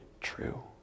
true